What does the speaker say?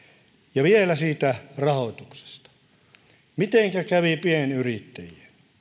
ja vielä rahoituksesta mitenkä kävi pienyrittäjien